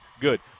good